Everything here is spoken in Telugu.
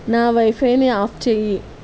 నా వైఫైని ఆఫ్ చెయ్యి